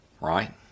right